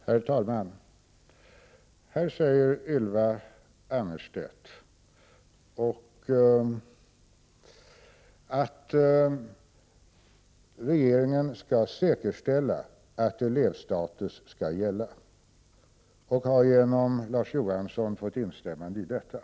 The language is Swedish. Herr talman! Ylva Annerstedt säger här att regeringen skall säkerställa att elevstatus skall gälla, och hon har av Larz Johansson fått instämmande i detta.